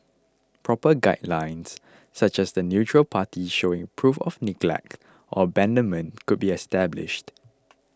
proper guidelines such as the neutral party showing proof of neglect or abandonment could be established